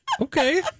Okay